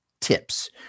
tips